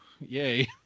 yay